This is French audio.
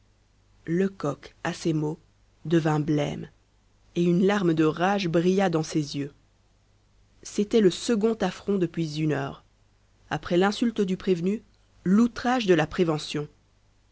lecoq à ces mots devint blême et une larme de rage brilla dans ses yeux c'était le second affront depuis une heure après l'insulte du prévenu l'outrage de la prévention